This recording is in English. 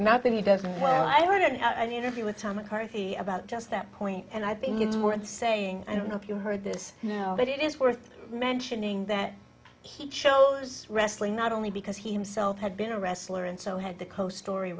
nothing he doesn't well i wanted an interview with tom mccarthy about just that point and i think it's worth saying i don't know if you heard this you know but it is worth mentioning that he chose wrestling not only because he himself had been a wrestler and so had the coast ory